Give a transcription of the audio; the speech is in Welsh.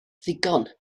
ddigon